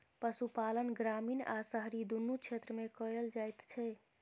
पशुपालन ग्रामीण आ शहरी दुनू क्षेत्र मे कयल जाइत छै